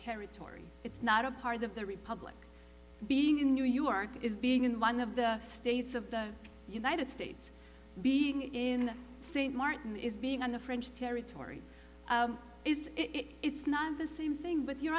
territory it's not a part of the republic being in new york is being in one of the states of the united states being in st martin is being on the french territory is it's not the same thing with you